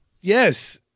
yes